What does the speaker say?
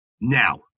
Now